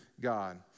God